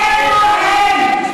איפה הם?